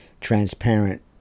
transparent